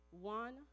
One